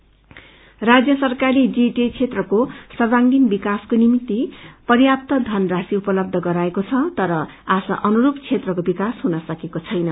GTA राज्य सरकारले GTA क्षेत्रको सर्वाग्रेण विकासको निम्ति प्याप्त धनराशी उपलब्य गराएको द तर आशा अनुस्प क्षेत्रको विकास हुन सकेको छैन